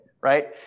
right